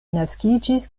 naskiĝis